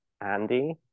andy